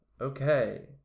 okay